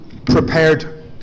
Prepared